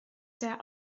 der